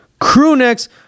crewnecks